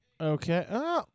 Okay